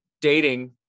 dating